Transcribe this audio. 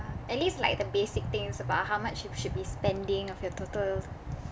at least like the basic things about how much you should be spending of your total